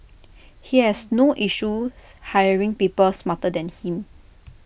he has no issues hiring people smarter than him